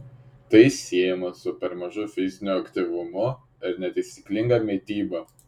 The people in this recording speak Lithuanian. tai siejama su per mažu fiziniu aktyvumu ir netaisyklinga mityba